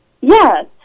Yes